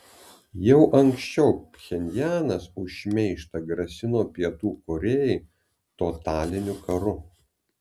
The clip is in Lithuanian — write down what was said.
jau anksčiau pchenjanas už šmeižtą grasino pietų korėjai totaliniu karu